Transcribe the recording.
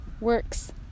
works